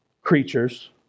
creatures